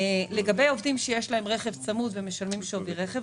לגבי עובדים שיש להם רכב צמוד ומשלמים שווי רכב,